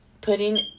putting